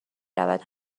رود